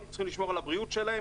אנחנו צריכים לשמור על הבריאות שלהם.